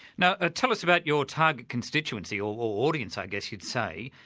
now tell us about your target constituency, or audience, i guess you'd say.